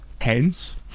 hence